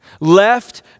left